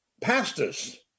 pastors